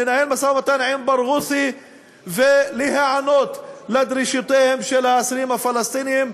לנהל משא-ומתן עם ברגותי ולהיענות לדרישותיהם של האסירים הפלסטינים,